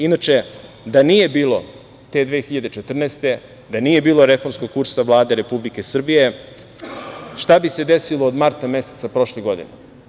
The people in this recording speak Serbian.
Inače, da nije bilo te 2014. godine, da nije bilo reformskog kursa Vlade Republike Srbije, šta bi se desilo od marta meseca prošle godine?